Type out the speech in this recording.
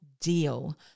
deal